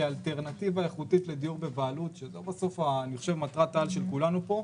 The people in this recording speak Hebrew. כאלטרנטיבה איכותית לדיור בבעלות שזה בסוף אני חושב מטרת העל של כולנו פה,